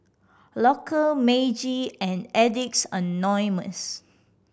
Loacker Meiji and Addicts Anonymous